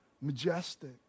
majestic